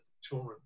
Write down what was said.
children